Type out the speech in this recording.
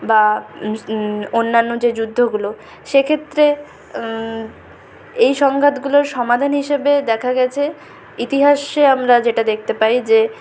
বা অন্যান্য যে যুদ্ধগুলো সে ক্ষেত্রে এই সংঘাতগুলোর সমাধান হিসাবে দেখা গেছে ইতিহাসে আমরা যেটা দেখতে পারি যে